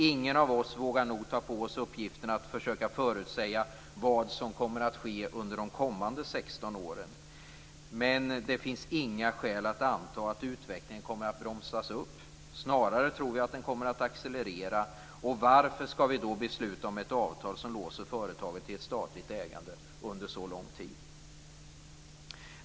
Ingen av oss vågar nog ta på sig uppgiften att försöka förutsäga vad som kommer att ske under de kommande 16 åren, men det finns inga skäl att anta att utvecklingen kommer att bromsas upp. Snarare tror vi att den kommer att accelerera. Varför skall vi då besluta om ett avtal som låser företaget i ett statligt ägande under så lång tid?